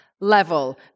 level